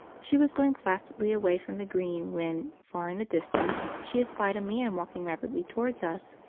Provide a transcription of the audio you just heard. she was going placidly away from the green when, far in the distance, she espied a man walking rapidly toward us,